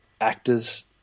actors